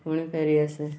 ଫୁଣି ଫେରିଆସେ